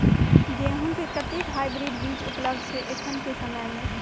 गेंहूँ केँ कतेक हाइब्रिड बीज उपलब्ध छै एखन केँ समय मे?